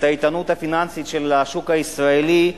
את האיתנות הפיננסית של השוק הישראלי,